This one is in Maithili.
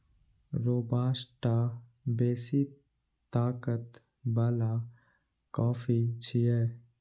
रोबास्टा बेसी ताकत बला कॉफी छियै